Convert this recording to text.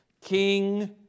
King